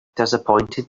disappointed